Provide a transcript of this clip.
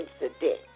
incident